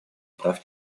прав